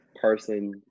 person